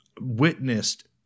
witnessed